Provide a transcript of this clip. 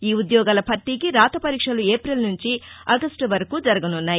ఈ ఉద్యోగాల భర్తీకి రాత పరీక్షలు ఏపిల్ నుంచి ఆగస్టు వరకు జరగనున్నాయి